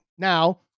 Now